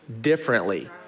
differently